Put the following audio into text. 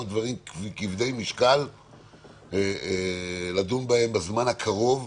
דברים כבדי משקל לדון בהם בזמן הקרוב.